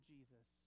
Jesus